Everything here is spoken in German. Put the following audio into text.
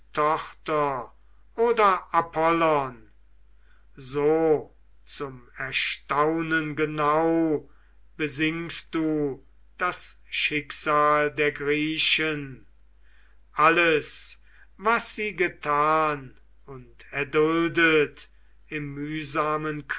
oder apollon so zum erstaunen genau besingst du das schicksal der griechen alles was sie getan und erduldet im